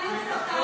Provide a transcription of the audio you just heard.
די,